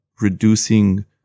reducing